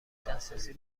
دسترسی